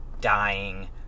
dying